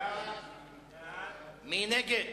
מי נגד?